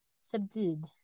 subdued